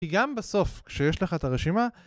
כי גם בסוף כשיש לך את הרשימה